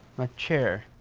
my chair.